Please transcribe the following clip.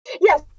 Yes